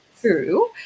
true